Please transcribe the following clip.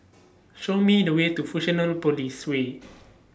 Show Me The Way to Fusionopolis Way